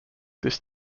this